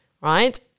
Right